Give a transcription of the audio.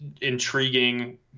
intriguing